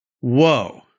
Whoa